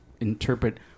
interpret